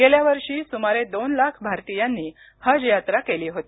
गेल्या वर्षी सुमारे दोन लाख भारतीयांनी हज यात्रा केली होती